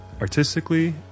artistically